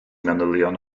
manylion